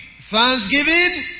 Thanksgiving